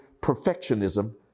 perfectionism